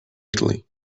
italy